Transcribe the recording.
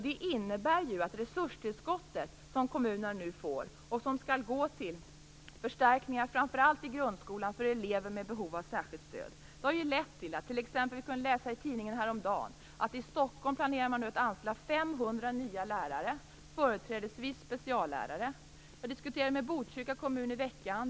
Det resurstillskott som kommunerna nu får skall gå till förstärkningar i framför allt grundskolan för elever med behov av särskilt stöd. Det har lett till det vi kunde läsa om i tidningen häromdagen, nämligen att man i Stockholm nu planerar att anställa 500 nya lärare, företrädesvis speciallärare. Jag diskuterade med Botkyrka kommun i veckan.